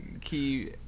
key